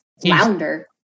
flounder